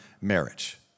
marriage